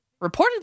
reportedly